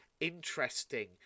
interesting